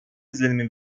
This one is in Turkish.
izlenimi